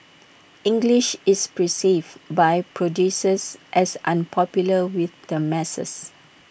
English is perceived by producers as unpopular with the masses